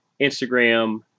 Instagram